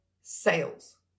sales